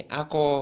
ako